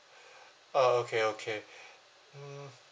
okay okay mm